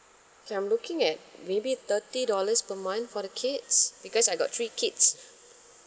K I'm looking at maybe thirty dollars per month for the kids because I got three kids